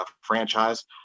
franchise